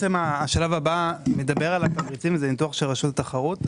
השלב הבא הוא ניתוח של רשות התחרות,